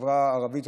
החברה הערבית,